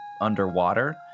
underwater